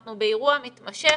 אנחנו באירוע מתמשך,